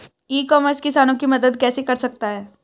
ई commerce किसानों की मदद कैसे कर सकता है?